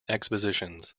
exhibitions